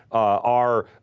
are,